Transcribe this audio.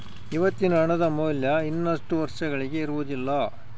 ಇವತ್ತಿನ ಹಣದ ಮೌಲ್ಯ ಇನ್ನಷ್ಟು ವರ್ಷಗಳಿಗೆ ಇರುವುದಿಲ್ಲ